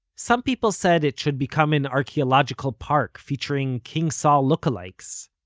some people said it should become an archeological park featuring king saul look-alikes,